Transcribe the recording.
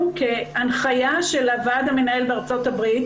כהנחיה של הוועד המנהל בארצות הברית